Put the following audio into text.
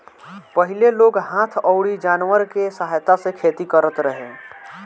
पहिले लोग हाथ अउरी जानवर के सहायता से खेती करत रहे